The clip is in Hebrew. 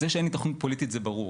זה שאין היתכנות פוליטית זה ברור,